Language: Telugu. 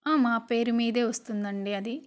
మా పేరు మీదే వస్తుందండి అది